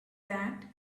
that